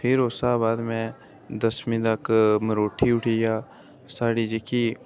फिर उस हा बाद में दसमी तक मरोठी उठी आ साढ़ी जेह्की